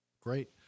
Great